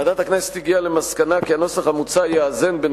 ועדת הכנסת הגיעה למסקנה כי הנוסח המוצע יאזן בין